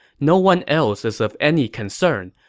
no one else is of any concern,